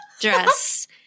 dress